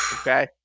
Okay